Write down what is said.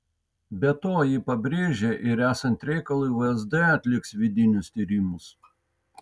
be to ji pabrėžė ir esant reikalui vsd atliks vidinius tyrimus